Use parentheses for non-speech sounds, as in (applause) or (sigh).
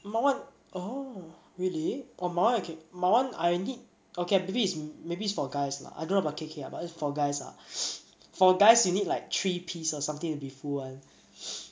my [one] oh really oh my [one] I can my [one] I need okay maybe it's maybe it's for guys lah I don't know about K_K lah but it's for guys lah (noise) for guys you need like three piece or something to be full [one] (noise)